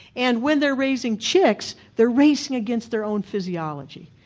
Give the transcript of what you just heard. and when they're raising chicks they're racing against their own physiology,